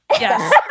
yes